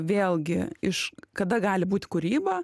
vėlgi iš kada gali būti kūryba